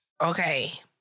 okay